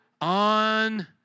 on